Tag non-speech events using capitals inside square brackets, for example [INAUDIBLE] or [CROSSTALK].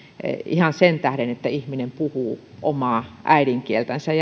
ihan sen tähden että ihminen puhuu omaa äidinkieltänsä [UNINTELLIGIBLE]